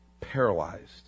paralyzed